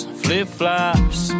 flip-flops